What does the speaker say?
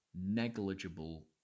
negligible